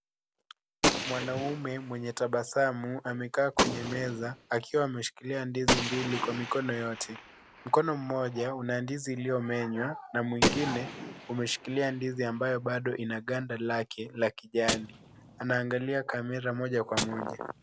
Mwanaume mwenye tabasamu amekaa kwenye meza akiwa ameshikilia ndizi mbili kwa mikono yote. Mkono mmoja una ndizi iliyomenywa na mwingine umeshikilia ndizi ambayo bado ina ganda lake la kijani. Anaangalia kamera moja kwa moja.